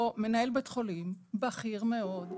או מנהל בית חולים בכיר מאוד,